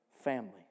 family